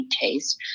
taste